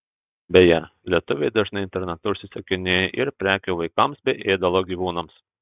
beje lietuviai dažnai internetu užsisakinėja ir prekių vaikams bei ėdalo gyvūnams